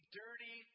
dirty